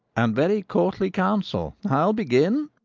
and very courtly counsel i'll begin.